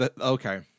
Okay